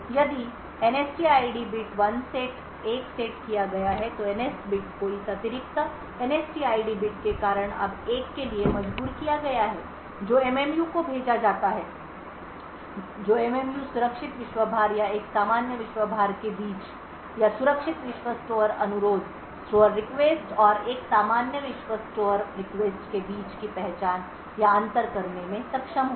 यदि NSTID bit 1 set किया गया है तो NS बिट को इस अतिरिक्त NSTID बिट के कारण अब 1 के लिए मजबूर किया गया है जो MMU को भेजा जाता है जो MMU सुरक्षित विश्व भार या एक सामान्य विश्व भार के बीच या सुरक्षित विश्व स्टोर अनुरोध और एक सामान्य विश्व स्टोर अनुरोध के बीच की पहचान या अंतर करने में सक्षम होगा